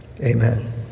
Amen